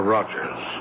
Rogers